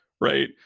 right